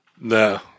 No